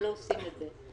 הם לא עושים את זה.